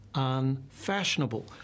unfashionable